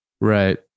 right